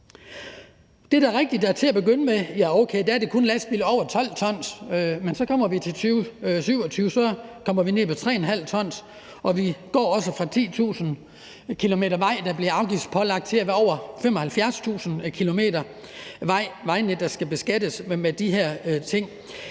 Det er da rigtigt, at til at begynde med er det kun lastbiler over 12 t, men så kommer vi til 2027, hvor vi kommer ned på 3,5 t, og vi går også fra 10.000 km vejnet, der bliver afgiftspålagt, til, at det er over 75.000 km vejnet, der skal beskattes med den her afgift.